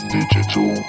Digital